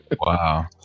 Wow